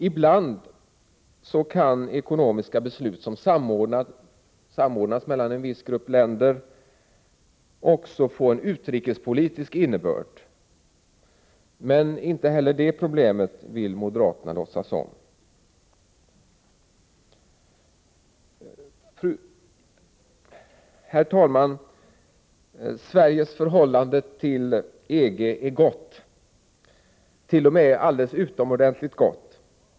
Ibland kan ekonomiska beslut som samordnas mellan en viss grupp länder också få en utrikespolitisk innebörd. Men inte heller det problemet vill moderaterna låtsas om. Herr talman! Sveriges förhållande till EG är gott, t.o.m. alldeles utomordentligt gott.